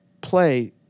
play